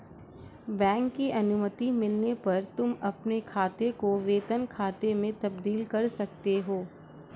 bank की अनुमति मिलने पर तुम अपने खाते को वेतन खाते में तब्दील कर सकते हो